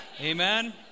Amen